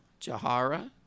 Jahara